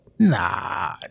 Nah